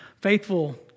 Faithful